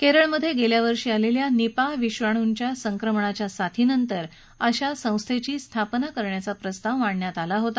केरळमध्ये गेल्यावर्षी आलेल्या निपाह विषाणूंच्या संक्रमणाच्या साथीनंतर अशा संस्थेची स्थापना करण्याचा प्रस्ताव मांडला होता